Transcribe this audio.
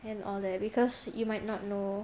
and all that because you might not know